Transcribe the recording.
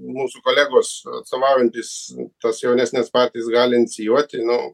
mūsų kolegos atstovaujantys tas jaunesnes patijas gali inicijuoti nu